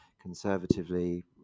conservatively